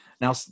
Now